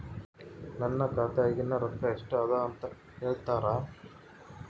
ನನ್ನ ಖಾತೆಯಾಗಿನ ರೊಕ್ಕ ಎಷ್ಟು ಅದಾ ಅಂತಾ ಹೇಳುತ್ತೇರಾ?